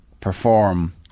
perform